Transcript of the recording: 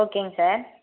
ஓகேங்க சார்